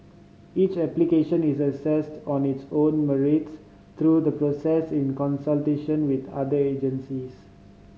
each application is assessed on its own merits through the process in consultation with other agencies